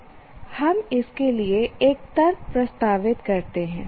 हम इसके लिए एक तर्क प्रस्तावित करते हैं